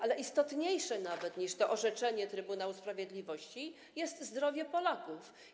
Ale istotniejsze nawet niż to orzeczenie Trybunału Sprawiedliwości jest zdrowie Polaków.